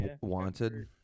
wanted